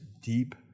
deep